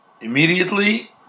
immediately